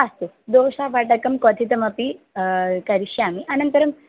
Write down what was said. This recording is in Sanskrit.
अस्तु दोषा वटकं क्वथितमपि करिष्यामि अनन्तरम्